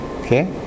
okay